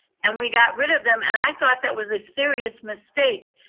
and we got rid of them, and i thought that was a serious mistake,